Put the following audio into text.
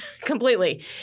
Completely